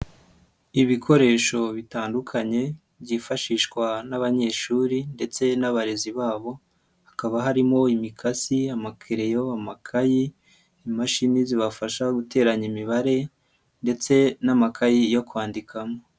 Ibikoresho bitandukanye byifashishwa n'abanyeshuri ndetse n'abarezi babo, hakaba harimo imikasi, amakereyo, amakayi, imashini zibafasha guteranya imibare ndetse n'amakayi yo kwandikamo.